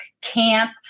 camp